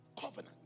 covenant